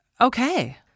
okay